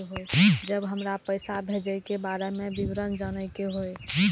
जब हमरा पैसा भेजय के बारे में विवरण जानय के होय?